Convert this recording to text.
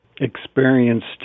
experienced